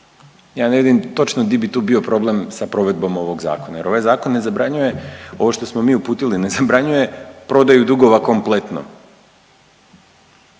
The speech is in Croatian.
Ja ne vidim točno di bi tu bio problem sa provedbom ovog zakona jer ovaj zakon ne zabranjuje, ovo što smo mi uputili ne zabranjuje prodaju dugova kompletno